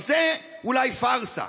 אז זה אולי פארסה,